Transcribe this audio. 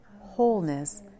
wholeness